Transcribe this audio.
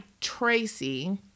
Tracy